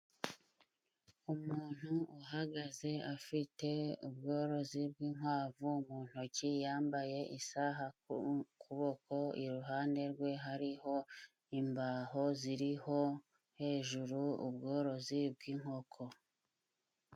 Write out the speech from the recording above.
Umuntu uhagaze afite ubworozi bw'inkwavu, mu ntoki yambaye isaha ku kuboko, iruhande rwe hariho imbaho ziriho hejuru ubworozi bw'inkoko.